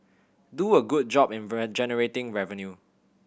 do a good job in generating revenue